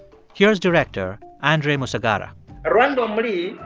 here is director andre musagara arando mri,